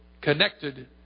connected